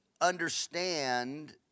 understand